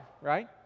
right